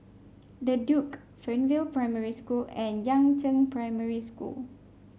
The Duke Fernvale Primary School and Yangzheng Primary School